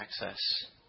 access